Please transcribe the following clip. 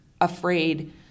afraid